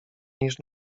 niż